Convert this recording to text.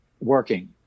working